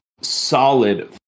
solid